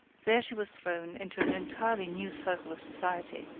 there she was thrown into an entirely new circle of society.